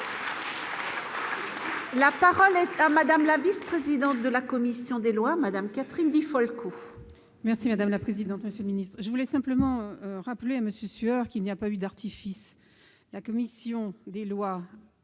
La parole est à madame la vice-présidente de la commission des lois Madame Catherine Di Folco. Merci madame la présidente, monsieur le Ministre, je voulais simplement rappeler à monsieur sueur qu'il n'y a pas eu d'artifice, la commission des lois,